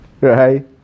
Right